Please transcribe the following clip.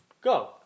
Go